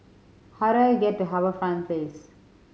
how do I get to HarbourFront Place